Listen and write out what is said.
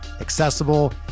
accessible